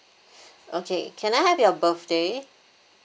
okay can I have your birthday